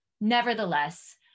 Nevertheless